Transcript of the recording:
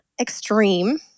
extreme